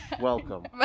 Welcome